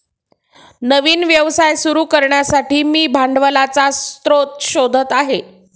नवीन व्यवसाय सुरू करण्यासाठी मी भांडवलाचा स्रोत शोधत आहे